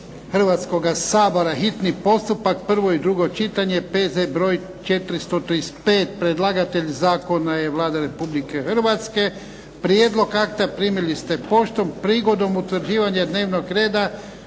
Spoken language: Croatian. hrvatskoga Sabora, hitni postupak, prvo i drugo čitanje, P.Z. br. 435 Predlagatelj Zakona je Vlada Republike Hrvatske. Prijedlog akta primili ste poštom. Prigodom utvrđivanja dnevnog reda